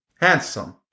handsome